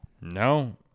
No